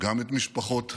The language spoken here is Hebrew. גם את משפחות החטופים.